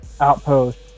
outpost